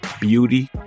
beauty